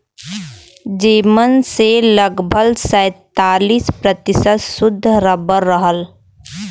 जेमन से लगभग सैंतालीस प्रतिशत सुद्ध रबर रहल